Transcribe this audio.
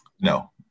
No